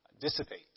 dissipate